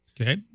okay